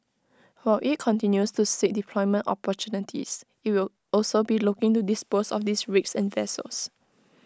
while IT continues to seek deployment opportunities IT will also be looking to dispose of these rigs and vessels